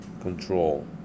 control